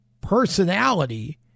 personality